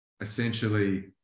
essentially